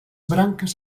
branques